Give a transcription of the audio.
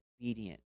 obedient